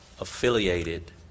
affiliated